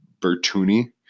Bertuni